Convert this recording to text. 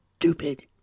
stupid